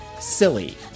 silly